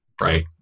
right